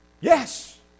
Yes